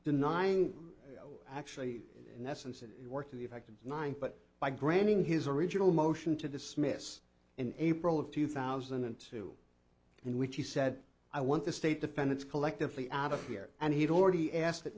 denying actually in essence it worked to the effect of nine but by granting his original motion to dismiss in april of two thousand and two in which he said i want the state defendants collectively out of here and he had already asked that